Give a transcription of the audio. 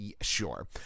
Sure